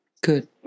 Good